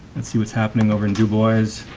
let's see what's happening over in dubois.